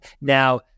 Now